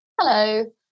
Hello